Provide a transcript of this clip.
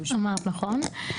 אמרת נכון.